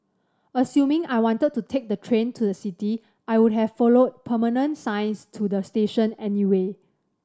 assuming I wanted to take the train to the city I would have followed permanent signs to the station anyway